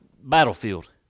battlefield